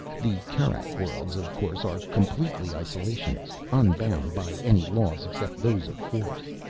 the kerak worlds, of course, are completely isolationist unbound by any laws except those of force.